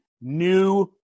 New